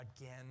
again